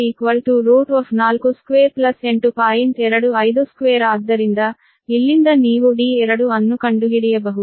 252 ಆದ್ದರಿಂದ ಇಲ್ಲಿಂದ ನೀವು d2 ಅನ್ನು ಕಂಡುಹಿಡಿಯಬಹುದು